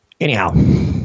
Anyhow